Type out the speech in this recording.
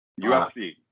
ufc